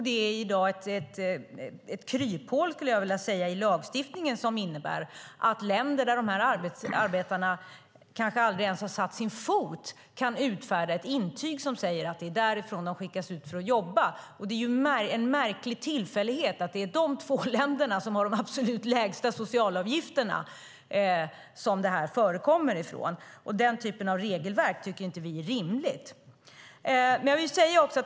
Det finns i dag ett kryphål i lagstiftningen, skulle jag vilja säga, som innebär att man i länder där de här arbetarna kanske aldrig ens har satt sin fot kan utfärda ett intyg som säger att det är därifrån de skickas ut för att jobba. Det är en märklig tillfällighet att detta förekommer just i de två länder som har de absolut lägsta socialavgifterna. Den typen av regelverk tycker inte vi är rimligt.